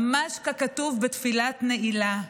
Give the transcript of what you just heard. ממש ככתוב בתפילת נעילה: